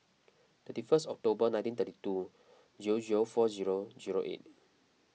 thirty first October nineteen thirty two zero zero four zero zero eight